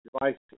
devices